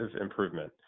improvement